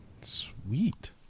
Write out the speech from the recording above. sweet